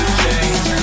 change